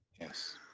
yes